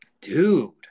Dude